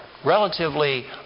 relatively